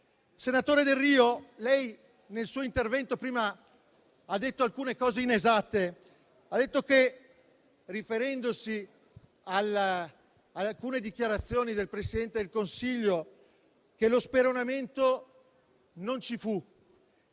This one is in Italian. Senatore Delrio, nel suo intervento prima ha detto alcune cose inesatte. Riferendosi ad alcune dichiarazioni del Presidente del Consiglio, ha detto che lo speronamento non ci fu.